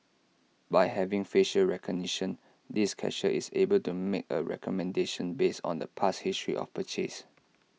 by having facial recognition this cashier is able to make A recommendation based on the past history of purchase